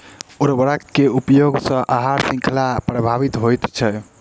उर्वरक के उपयोग सॅ आहार शृंखला प्रभावित होइत छै